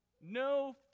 no